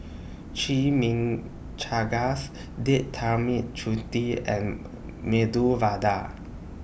Chimichangas Date Tamarind Chutney and Medu Vada